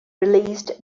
released